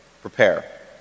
Prepare